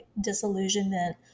disillusionment